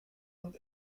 und